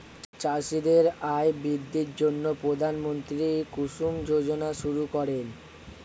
চাষীদের আয় বৃদ্ধির জন্য প্রধানমন্ত্রী কুসুম যোজনা শুরু করেন